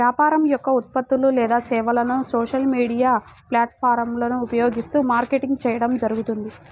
వ్యాపారం యొక్క ఉత్పత్తులు లేదా సేవలను సోషల్ మీడియా ప్లాట్ఫారమ్లను ఉపయోగిస్తూ మార్కెటింగ్ చేయడం జరుగుతుంది